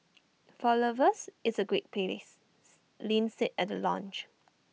for lovers it's A great places Lin said at the launch